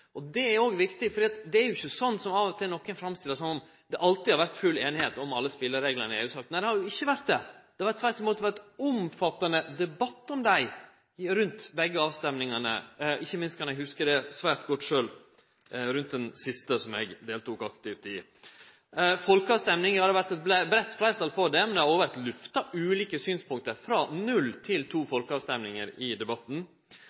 Det er viktig, for det er jo ikkje slik som nokon av og til framstiller det som, at det alltid har vore full einigheit om alle spelereglane i EU-saka. Nei, det har ikkje vore det, det har tvert imot vore omfattande debatt om dei rundt begge avstemmingane. Ikkje minst kan eg hugse det svært godt sjølv rundt den siste, som eg deltok aktivt i. Folkeavstemming har det vore eit breitt fleirtal for, men det har òg vore lufta ulike synspunkt – frå null til to folkeavstemmingar – i debatten.